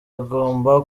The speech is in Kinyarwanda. agomba